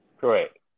Correct